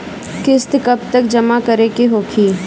किस्त कब तक जमा करें के होखी?